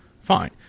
fine